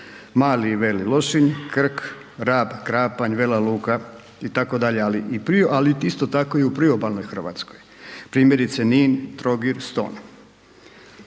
Mali i Veli Lošinj, Krk, Rab, Krapanj, Vela Luka itd., ali isto tako i u priobalnoj Hrvatskoj, primjerice Nin, Trogir, Ston.